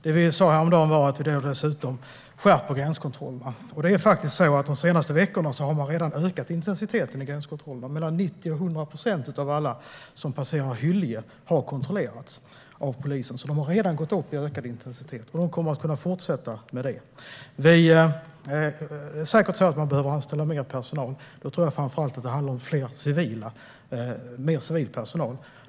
Det vi sa häromdagen är att vi dessutom skärper gränskontrollerna. Intensiteten i gränskontrollerna har faktiskt redan ökat. Mellan 90 och 100 procent av alla som passerar Hyllie har kontrollerats av polisen de senaste veckorna. Man har alltså redan ökat intensiteten, och så kommer det att fortsätta. Man behöver säkert anställa mer personal. Jag tror att det framför allt handlar om mer civil personal.